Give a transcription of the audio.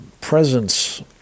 presence